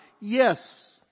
Yes